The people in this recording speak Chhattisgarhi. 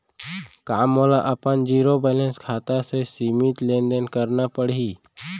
का मोला अपन जीरो बैलेंस खाता से सीमित लेनदेन करना पड़हि?